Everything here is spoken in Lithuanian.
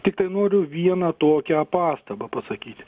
tiktai noriu vieną tokią pastabą pasakyt